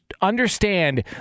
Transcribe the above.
understand